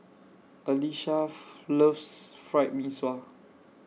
Alesha loves Fried Mee Sua